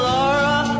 Laura